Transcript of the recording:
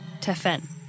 Tefen